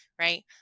right